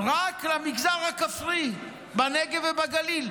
רק למגזר הכפרי בנגב ובגליל.